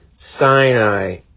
Sinai